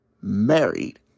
married